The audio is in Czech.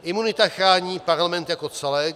Imunita chrání Parlament jako celek.